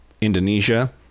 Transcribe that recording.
indonesia